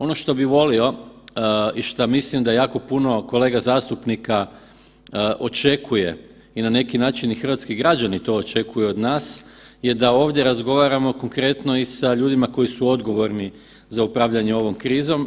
Onom što bi volio i šta mislim da jako puno kolega zastupnika očekuje i na neki način i hrvatski građani to očekuju od nas je da ovdje razgovaramo konkretno i sa ljudima koji su odgovorni za upravljanje ovom krizom.